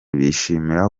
bishimira